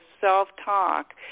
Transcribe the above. self-talk